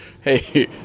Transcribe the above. hey